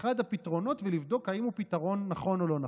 אחד הפתרונות ולבדוק אם הוא פתרון נכון או לא נכון.